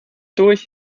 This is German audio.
durch